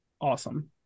awesome